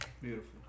Beautiful